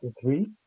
three